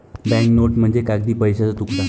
bank note म्हणजे कागदी पैशाचा तुकडा